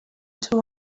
two